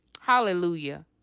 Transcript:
Hallelujah